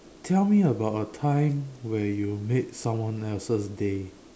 tell me about a time where you made someone else's day